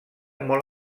molt